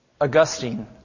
Augustine